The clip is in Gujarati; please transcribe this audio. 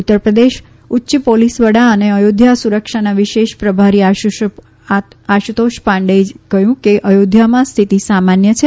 ઉત્તર પ્રદેશના ઉચ્ય પોલીસ વડા અને અયોધ્યા સુરક્ષાના વિશેષ પ્રભારી આશુતોષ પાંડેએ કહ્યું કે અયોધ્યામાં સ્થિતિ સામાન્ય છે